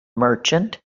merchant